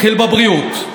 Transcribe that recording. נתחיל בבריאות.